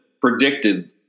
predicted